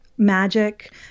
magic